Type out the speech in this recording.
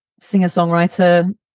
singer-songwriter